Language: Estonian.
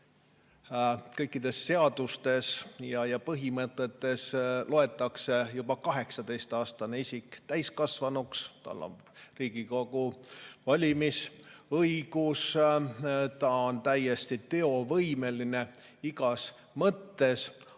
kõikides seadustes ja põhimõtetes loetakse juba 18‑aastane isik täiskasvanuks, tal on Riigikogu valimise õigus, ta on täiesti teovõimeline igas mõttes,